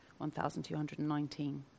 1219